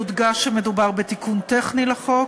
יודגש שמדובר בתיקון טכני לחוק,